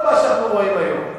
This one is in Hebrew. כל מה שאנחנו רואים היום,